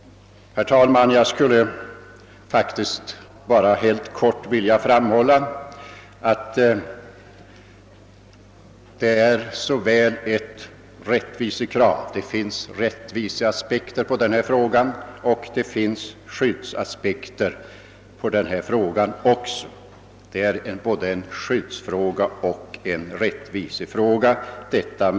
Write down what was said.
Herr talman! Jag vill understryka att frågan om en ytterligare förkortning av arbetstiden för gruvarbetarna är både en skyddsfråga och en rättvisefråga.